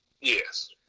yes